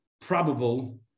probable